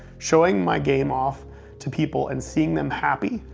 showing my game off to people and seeing them happy,